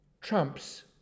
trumps